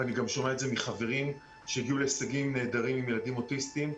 ואני גם שומע את זה מחברים שהגיעו להישגים נהדרים עם ילדים אוטיסטים,